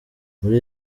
muri